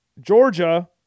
Georgia